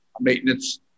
maintenance